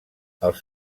els